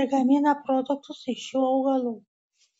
ir gamina produktus iš šių augalų